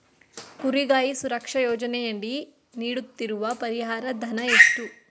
ಕುರಿಗಾಹಿ ಸುರಕ್ಷಾ ಯೋಜನೆಯಡಿ ನೀಡುತ್ತಿರುವ ಪರಿಹಾರ ಧನ ಎಷ್ಟು?